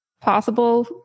possible